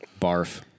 Barf